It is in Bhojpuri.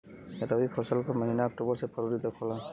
रवी फसल क महिना अक्टूबर से फरवरी तक होला